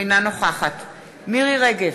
אינה נוכחת מירי רגב,